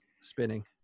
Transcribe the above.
spinning